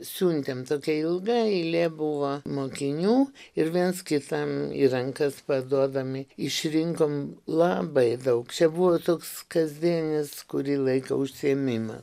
siuntėm tokia ilga eilė buvo mokinių ir viens kitam į rankas paduodami išrinkom labai daug čia buvo toks kasdienis kurį laiką užsiėmimas